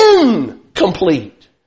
incomplete